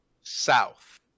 south